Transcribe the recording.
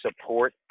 support